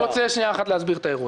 את האירוע.